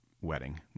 wedding